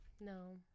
No